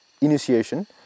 initiation